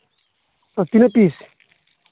ᱛᱤᱱᱟᱹᱜ ᱯᱤᱥ